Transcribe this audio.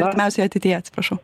artimiausioje ateityje atsiprašau